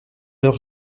leurs